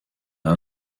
our